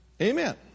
Amen